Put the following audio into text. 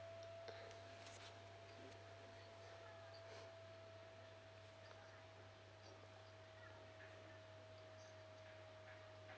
uh